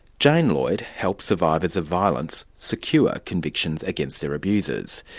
jane lloyd helps survivors of violence secure convictions against their abusers.